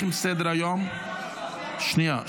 שנייה,